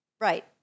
right